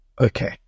Okay